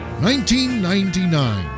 1999